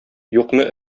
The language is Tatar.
юкны